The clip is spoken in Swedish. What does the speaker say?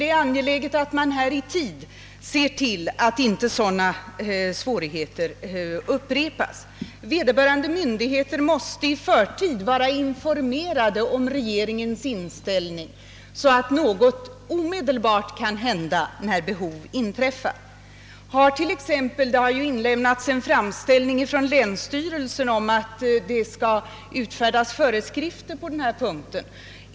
Det är angeläget att man i tid ser till att sådana besvärligheter inte upprepas. Vederbö rande myndigheter måste i förväg vara informerade om regeringens inställning, så att något omedelbart kan göras när behov inträffar. Det har t.ex. inlämnats en framställning från länsstyrelsen om att föreskrifter skall utfärdas på denna punkt.